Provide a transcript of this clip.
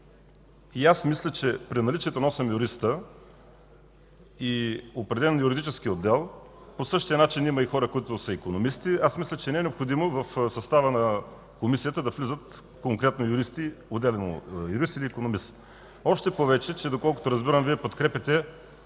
и аз мисля, че при наличието на осем юриста и определен юридически отдел, по същия начин има и хора, които са икономисти, мисля, че не е необходимо в състава на Комисията да влизат отделно юрист или икономист. Още повече, че доколкото разбирам Вие бихте